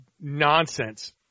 nonsense